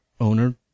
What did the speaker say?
owner